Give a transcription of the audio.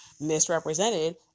misrepresented